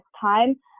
time